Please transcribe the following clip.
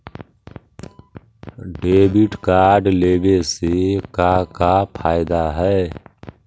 Debit card लेवे से का का फायदा है?